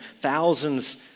Thousands